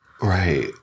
right